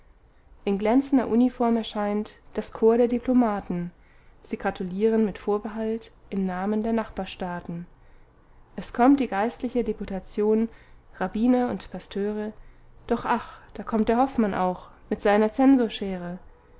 in glänzender uniform erscheint das korps der diplomaten sie gratulieren mit vorbehalt im namen der nachbarstaaten es kommt die geistliche deputation rabbiner und pastöre doch ach da kommt der hoffmann auch mit seiner zensorschere